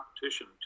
competition